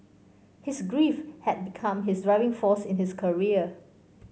his grief had become his driving force in his career